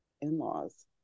in-laws